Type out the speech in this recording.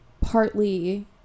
partly